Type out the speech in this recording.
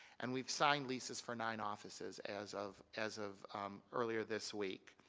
and we have signed leases for nine offices as of as of earlier this week.